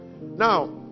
Now